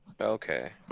Okay